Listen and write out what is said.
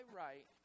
right